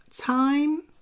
Time